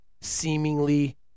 seemingly